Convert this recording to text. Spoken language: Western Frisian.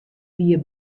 wie